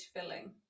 filling